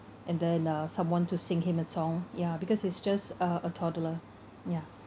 and then uh someone to sing him a song ya because it's just a a toddler ya